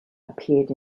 appeared